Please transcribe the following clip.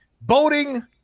boating